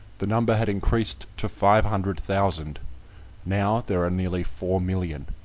the number had increased to five hundred thousand now there are nearly four million.